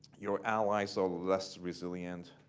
your allies are less resilient.